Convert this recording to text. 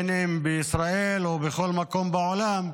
בישראל ובכל מקום בעולם,